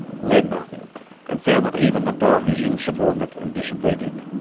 led nothing and found that even the dog is insubordinate and disobedient!